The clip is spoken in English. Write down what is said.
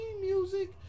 music